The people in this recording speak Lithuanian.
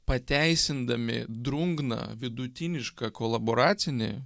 pateisindami drungną vidutinišką kolaboracinį